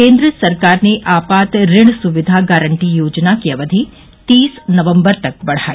केन्द्र सरकार ने आपात ऋण स्विधा गारंटी योजना की अवधि तीस नवम्बर तक बढाई